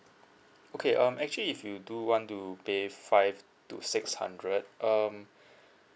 okay um actually if you do want to pay five to six hundred um